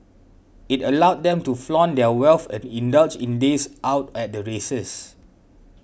it allowed them to flaunt their wealth and indulge in days out at the races